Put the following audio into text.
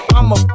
I'ma